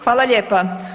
Hvala lijepa.